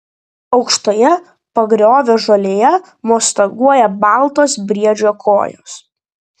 aukštoje pagriovio žolėje mostaguoja baltos briedžio kojos